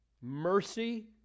Mercy